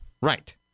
Right